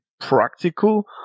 practical